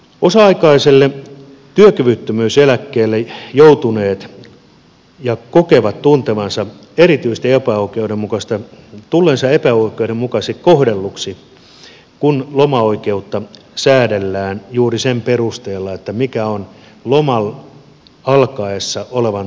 osa aikaiselle työkyvyttömyyseläkkeelle joutuneet kokevat tuntevansa erityisesti epäoikeudenmukaista tulee se että tulleensa epäoikeudenmukaisesti kohdelluiksi kun lomaoikeutta säädellään juuri sen perusteella mikä on loman alkaessa olevan työsuhteen peruste